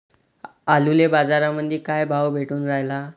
आलूले बाजारामंदी काय भाव भेटून रायला?